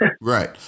Right